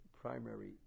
primary